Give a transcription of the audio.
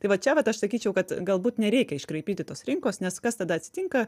tai va čia vat aš sakyčiau kad galbūt nereikia iškraipyti tos rinkos nes kas tada atsitinka